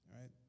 right